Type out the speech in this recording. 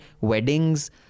weddings